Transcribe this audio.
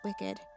Wicked